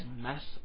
mess